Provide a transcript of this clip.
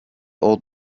old